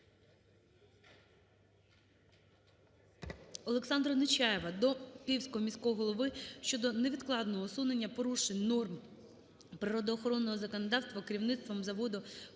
Олександра Нечаєва до Київського міського голови щодо невідкладного усунення порушень норм природоохоронного законодавства керівництвом заводу "ФанПлит"